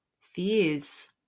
fears